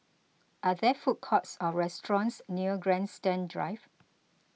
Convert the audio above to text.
are there food courts or restaurants near Grandstand Drive